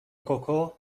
کوکو